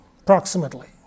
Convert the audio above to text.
approximately